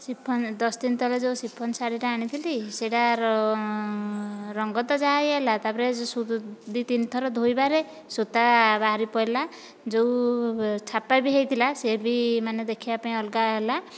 chiffon ଦଶଦିନ ତଳେ ଯେଉଁ ଶିଫନ୍ ଶାଢ଼ୀଟା ଆଣିଥିଲି ସେଇଟା ରଙ୍ଗ ତ ଯାହା ଇଏ ହେଲା ତାପରେ ଦୁଇ ତିନି ଥର ଧୋଇବାରେ ସୂତା ବାହାରି ପଡ଼ିଲା ଯେଉଁ ଛାପା ବି ହୋଇଥିଲା ସେ ବି ମାନେ ଦେଖିବା ପାଇଁ ଅଲଗା ହେଲା